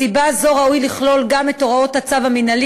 מסיבה זו ראוי לכלול גם את הוראת הצו המינהלי